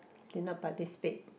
did not participate